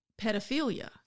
pedophilia